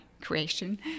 creation